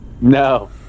No